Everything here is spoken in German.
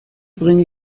bringe